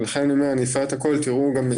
זה ממש מה שקורה בימים אלה.